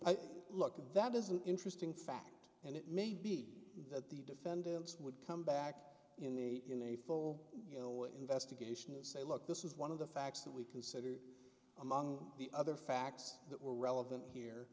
i look at that as an interesting fact and it may be that the defendants would come back in the in a full you know investigation and say look this is one of the facts that we consider among the other facts that were relevant here